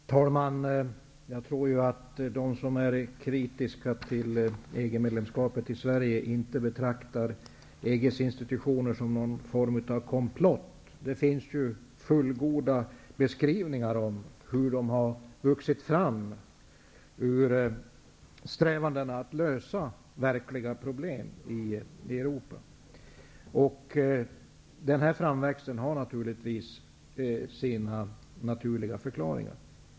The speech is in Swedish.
Herr talman! Jag tror att de här i Sverige som är kritiska till EG-medlemskapet inte betraktar EG:s institutioner som någon form av komplott. Det finns ju fullgoda beskrivningar av hur de har vuxit fram ur strävanden att lösa verkliga problem i Europa. Den framväxten har sina naturliga förklaringar.